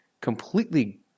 completely